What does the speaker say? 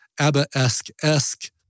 ABBA-esque-esque